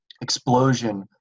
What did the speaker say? explosion